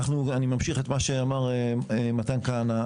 אנחנו, אני ממשיך את מה שאמר מתן כהנא.